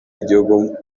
igihugu